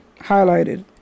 highlighted